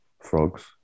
frogs